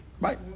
right